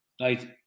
right